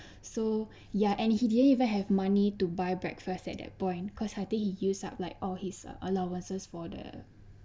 so ya and he didn't even have money to buy breakfast at that point because I think he use up like all his uh allowances for the